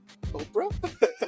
Oprah